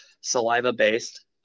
saliva-based